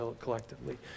collectively